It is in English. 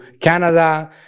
Canada